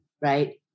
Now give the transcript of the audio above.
Right